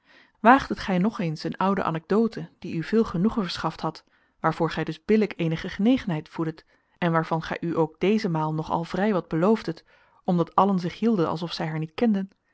waagdet gij nog eens een oude anecdote die u veel genoegen verschaft had waarvoor gij dus billijk eenige genegenheid voeddet en waarvan gij u ook deze maal nog al vrij wat beloofdet omdat allen zich hielden als of zij haar niet kenden